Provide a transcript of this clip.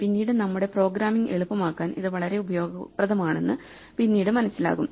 പിന്നീട് നമ്മുടെ പ്രോഗ്രാമിംഗ് എളുപ്പമാക്കാൻ ഇത് വളരെ ഉപയോഗപ്രദമാണെന്ന് പിന്നീട് മനസിലാകും